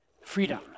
freedom